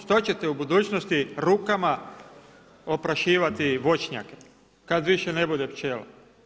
Što ćete u budućnosti rukama oprašivati voćnjake, kada više ne bude pčela.